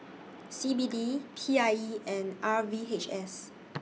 C B D P I E and R V H S